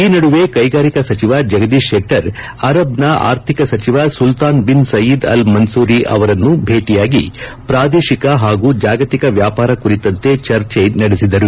ಈ ನಡುವೆ ಕೈಗಾರಿಕಾ ಸಚಿವ ಜಗದೀಶ್ ಶೆಟ್ಟರ್ ಅರಬ್ನ ಆರ್ಥಿಕ ಸಚಿವ Sultan bin Saeed Al Mansoori ಅವರನ್ನು ಭೇಟಿಯಾಗಿ ಪ್ರಾದೇಶಿಕ ಹಾಗೂ ಜಾಗತಿಕ ವ್ಲಾಪಕ ಕುರಿತಂತೆ ಚರ್ಚೆ ನಡೆಸಿದರು